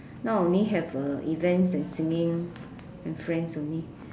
now only have uh events and singing and friends only